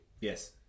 Yes